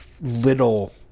little